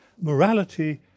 morality